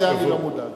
מזה אני לא מודאג.